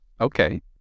Okay